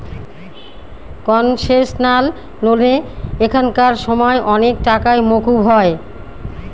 concessional লোনে এখানকার সময় অনেক টাকাই মকুব হয়